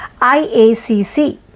IACC